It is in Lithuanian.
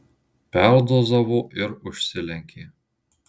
perdozavo ir užsilenkė